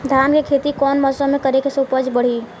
धान के खेती कौन मौसम में करे से उपज बढ़ी?